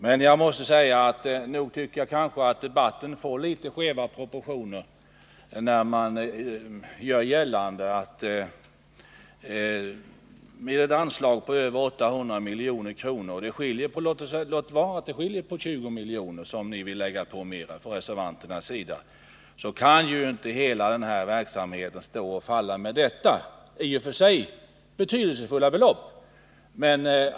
Men nog tycker jag att debatten får litet skeva proportioner, när man gör gällande att hela denna verksamhet som får ett anslag på över 800 milj.kr. — skulle stå och falla med det i och för sig betydelsefulla men relativt sett lilla beloppet 20 milj.kr. som reservanterna vill öka anslaget med. Det kan den ju inte göra.